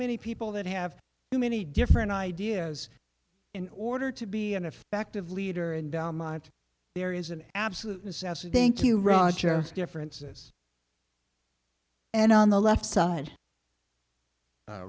many people that have too many different ideas in order to be an effective leader and belmont there is an absolute necessity thank you roger differences and on the left side